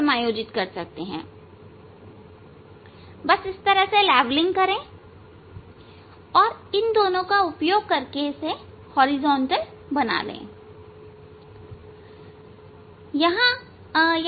बस लेवलिंग करें और इन दोनों का उपयोग करके इसे हॉरिजॉन्टल बना ले